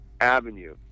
avenue